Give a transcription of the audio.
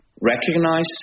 recognize